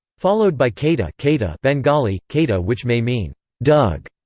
followed by kata kata bengali kaattaa, which may mean dug.